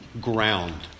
ground